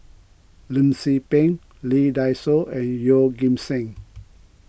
Lim Tze Peng Lee Dai Soh and Yeoh Ghim Seng